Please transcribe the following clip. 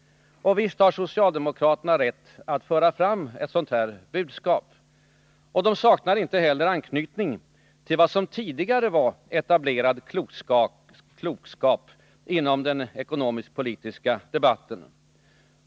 Och visst har socialdemokraterna rätt att föra fram ett sådant budskap. De saknar inte heller anknytning till vad som tidigare var etablerad klokskap inom den ekonomiskt-politiska debatten.